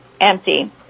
empty